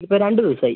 ഇപ്പോൾ രണ്ട് ദിവസമായി